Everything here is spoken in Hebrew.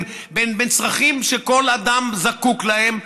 בין צרכים שכל אדם זקוק להם,